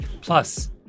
Plus